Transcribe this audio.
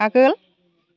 आगोल